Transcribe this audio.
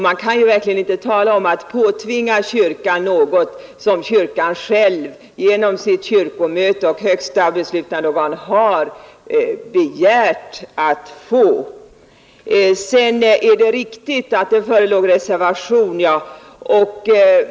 Man kan verkligen inte tala om att påtvinga kyrkan nägot som kyrkan själv genom sitt kyrkomöte och högsta beslutande organ har begärt att få. Sedan är det riktigt att det förelåg reservation.